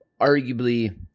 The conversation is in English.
arguably